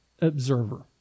observer